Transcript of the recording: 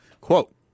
quote